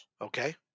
Okay